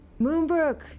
Moonbrook